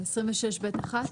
אנחנו ב-26ב1.